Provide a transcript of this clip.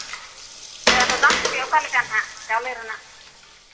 ᱦᱳᱭ ᱟᱫᱚ ᱫᱟᱢ ᱠᱚᱜᱮ ᱚᱠᱟ ᱞᱮᱠᱟ ᱦᱟᱸᱜ ᱪᱟᱣᱞᱮ ᱨᱮᱱᱟᱜ